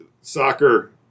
soccer